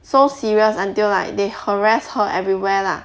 so serious until like they harass her everywhere lah